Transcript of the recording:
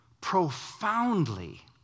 profoundly